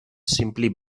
simply